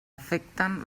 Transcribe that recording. afecten